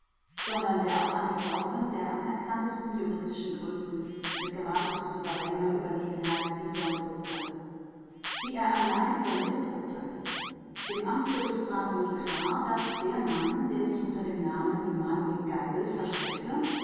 sondern der auch an die dogmen der anerkanntesten juristischen größen mit geradezu souveräner überlegenheit die sonde legte wie er allein über liszt urteilte dem amtsgerichtsrat war klar daß der mann der sich unter dem namen emanuel geibel versteckte